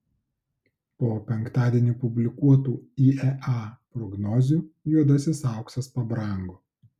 po penktadienį publikuotų iea prognozių juodasis auksas pabrango